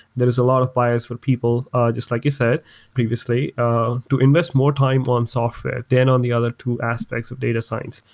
there is a lot of bias for people, just like you said previously to invest more time on software than on the other two aspects of data science,